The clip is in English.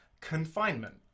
confinement